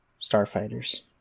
Starfighters